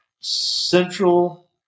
Central